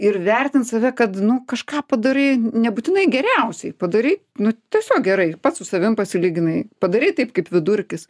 ir vertint save kad nu kažką padarei nebūtinai geriausiai padarei nu tiesiog gerai pats su savim pasilyginai padarei taip kaip vidurkis